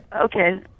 Okay